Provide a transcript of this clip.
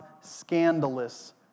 scandalous